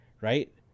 right